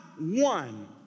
One